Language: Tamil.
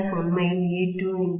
E' உண்மையில் E2N1N2